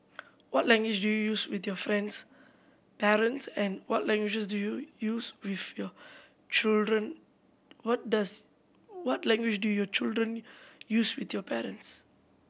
what language do you use with your friends parents and what language do you use with your children what does what language do your children use with your parents